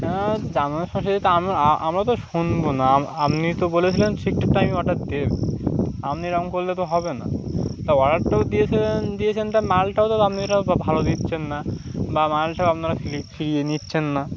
হ্যাঁ জানানোর সমস্যা আমরা আমরা তো শুনবো না আপনি তো বলেছিলেন ঠিকঠাকটা আমি অর্ডার দেব আপনি রঙ করলে তো হবে না তো অর্ডারটাও দিয়েছিলেন দিয়েছেন তা মালটাও তো আপনি ভালো দিচ্ছেন না বা মালটাও আপনারা ফিরিয়ে নিচ্ছেন না